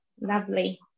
Lovely